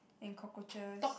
and cockroaches